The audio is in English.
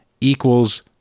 equals